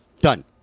done